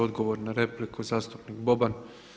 Odgovor na repliku zastupnik Boban.